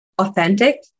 authentic